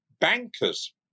Bankers